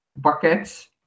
buckets